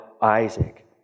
Isaac